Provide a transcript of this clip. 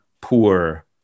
poor